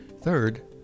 Third